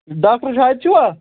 doctor Shahid چھُوا